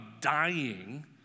dying